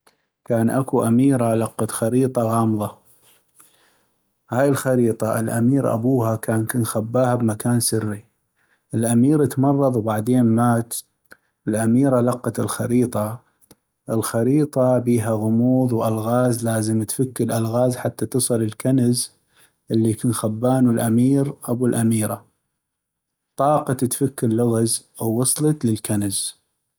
كان اكو أميرة لقت خريطة غامضة ، هاي الخريطة الأمير ابوها كان كن خباها بمكان سري ، الأمير تمرض وبعدين مات ، الأميرة لقت الخريطة ، الخريطة بيها غموض والغاز لازم تفك الالغاز حتى تصل الكنز الي كن خبانو الامير ابو الأميرة ، طاقت تفك اللغز ووصلت للكنز.